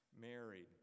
married